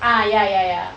ah ya ya ya